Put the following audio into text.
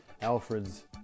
Alfred's